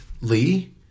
Lee